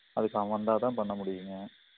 அதுக்கு அவன் வந்தால் தான் பண்ண முடியுங்க